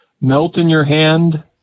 melt-in-your-hand